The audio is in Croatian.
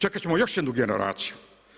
Čekat ćemo još jednu generaciju?